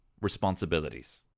responsibilities